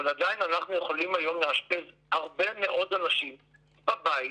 אבל עדיין אנחנו יכולים היום לאשפז הרבה מאוד אנשים בבית,